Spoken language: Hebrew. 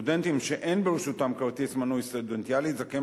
סטודנטים שאין ברשותם כרטיס מנוי סטודנטיאלי זכאים